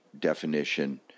definition